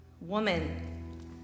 woman